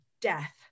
death